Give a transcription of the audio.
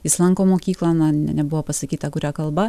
jis lanko mokyklą na ne nebuvo pasakyta kuria kalba